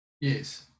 Yes